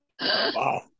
Wow